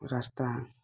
ରାସ୍ତା